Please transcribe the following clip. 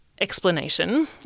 explanation